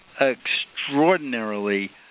extraordinarily